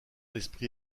esprit